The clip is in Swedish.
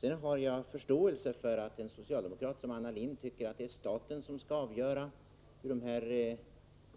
Jag har förståelse för att en socialdemokrat som Anna Lindh tycker att staten skall avgöra hur dessa